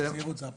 היינו זהירים,